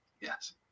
Yes